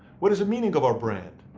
what is the meaning of our brand?